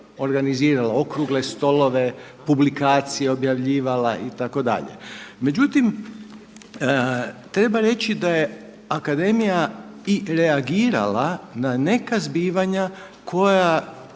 organizirala okrugle stolove, publikacije objavljivala itd. Međutim, treba reći da je akademija i reagirala na neka zbivanja koja